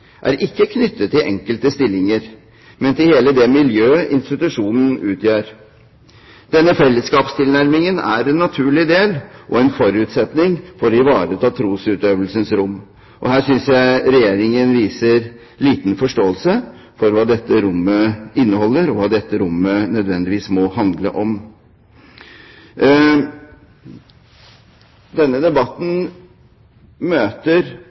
er ikke knyttet til enkelte stillinger, men til hele det miljøet institusjonen utgjør. Denne fellesskapstilnærmingen er en naturlig del av og en forutsetning for å ivareta trosutøvelsens rom. Her synes jeg Regjeringen viser liten forståelse for hva dette rommet inneholder, og hva dette rommet nødvendigvis må handle om. Denne debatten møter,